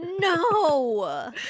no